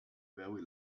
very